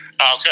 Okay